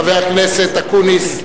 חבר הכנסת אקוניס,